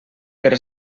per